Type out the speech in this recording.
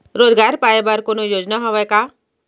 रोजगार पाए बर कोनो योजना हवय का?